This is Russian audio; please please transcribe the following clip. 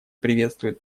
приветствует